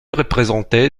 représenté